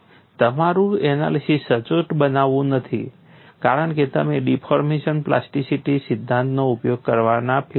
તમારું એનાલિસીસ સચોટ બનતું નથી કારણ કે તમે ડિફોર્મેશન પ્લાસ્ટિસિટી સિદ્ધાંતોનો ઉપયોગ કરવાના ફીલ્ડમાં છો